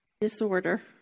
Disorder